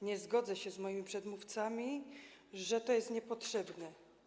Nie zgodzę się z moimi przedmówcami, że to jest niepotrzebne.